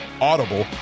Audible